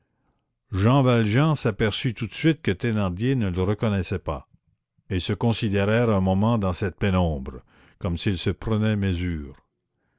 jean valjean s'aperçut tout de suite que thénardier ne le reconnaissait pas ils se considérèrent un moment dans cette pénombre comme s'ils se prenaient mesure